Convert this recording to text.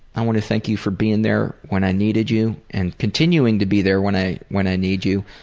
i want to thank you for being there when i needed you and continuing to be there when i when i need you.